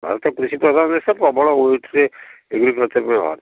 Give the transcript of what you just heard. ଆମର ତ କୃଷି ପ୍ରଧାନ ଦେଶ ପ୍ରବଳ ଓଇଉଟିରେ ବାହାରୁଛି